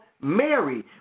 Mary